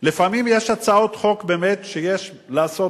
לפעמים יש הצעות חוק שבאמת יש לעשות